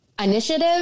initiative